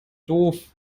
doof